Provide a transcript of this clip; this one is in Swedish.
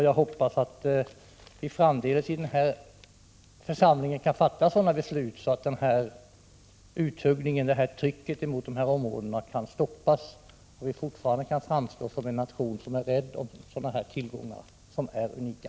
Jag hoppas att vi i den här församlingen kan fatta sådana beslut att trycket mot de här områdena minskar, så att avhuggningen av dem stoppas och att vi fortfarande kan framstå som en nation som är rädd om sådana här tillgångar, som är unika.